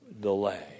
delay